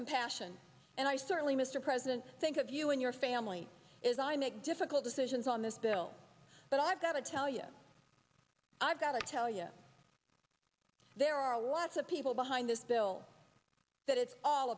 compassion and i certainly mr president think of you and your family is i make difficult decisions on this bill but i've got to tell you i've got to tell you there are a lot of people behind this bill that it's all